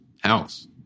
house